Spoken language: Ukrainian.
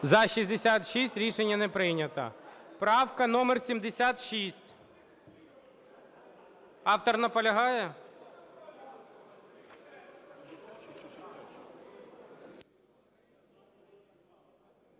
За-66 Рішення не прийнято. Правка номер 76. Автор наполягає?